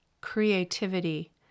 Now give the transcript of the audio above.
creativity